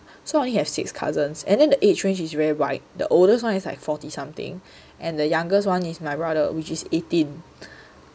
so I only have six cousins and then the age range is very wide the oldest one is like forty something and the youngest one is my brother which is eighteen